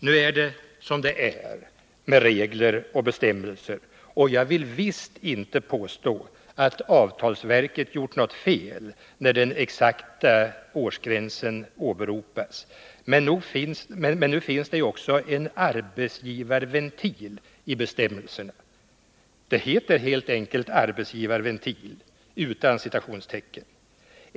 Nu är det som det är med regler och bestämmelser, och jag vill visst inte påstå att avtalsverket har gjort något fel när den exakta årsgränsen åberopas. Men det finns också en arbetsgivarventil i bestämmelserna — det heter faktiskt arbetsgivarventil utan citationstecken.